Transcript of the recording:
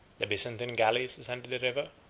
the byzantine galleys ascended the river,